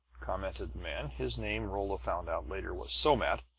commented the man. his name, rolla found out later, was somat.